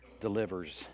delivers